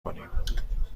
کنیم